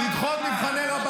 -- לדחות מבחנים לרבנות,